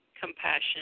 compassion